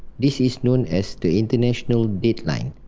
this is known as the international dateline.